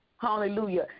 Hallelujah